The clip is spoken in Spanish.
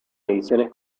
ediciones